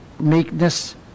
meekness